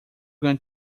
going